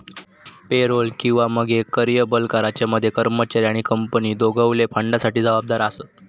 payroll किंवा मगे कर्यबल कराच्या मध्ये कर्मचारी आणि कंपनी दोघवले फंडासाठी जबाबदार आसत